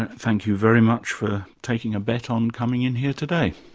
and thank you very much for taking a bet on coming in here today.